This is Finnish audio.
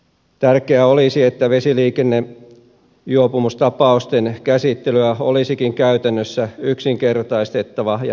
tärkeää olisi että vesiliikennejuopumustapausten käsittelyä käytännössä yksinkertaistettaisiin ja nopeutettaisiin